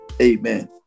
Amen